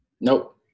Nope